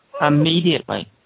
Immediately